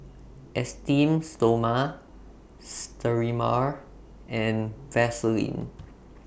Esteem Stoma Sterimar and Vaselin